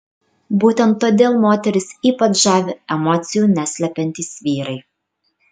būtent todėl moteris ypač žavi emocijų neslepiantys vyrai